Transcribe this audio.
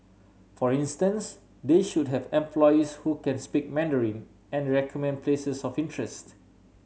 for instance they should have employees who can speak Mandarin and recommend places of interest